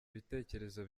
ibitekerezo